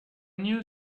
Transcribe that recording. new